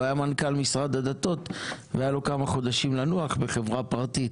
הוא היה מנכ"ל משרד הדתות והיה לו כמה חודשים לנוח בחברה הפרטית,